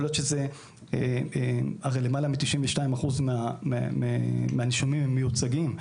הרי למעלה מ-92% מהנישומים הם מיוצגים,